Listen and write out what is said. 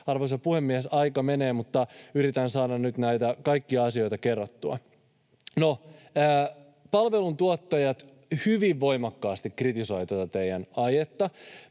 Arvoisa puhemies! Aika menee, mutta yritän saada nyt näitä kaikkia asioita kerrattua. No, palveluntuottajat hyvin voimakkaasti kritisoivat tätä teidän aiettanne.